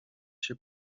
się